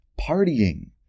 Partying